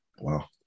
Wow